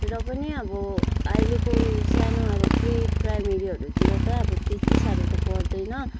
र पनि अब अहिलेको यो सानो प्री प्राइमेरीहरूतिर त त्यति साह्रो त पर्दैन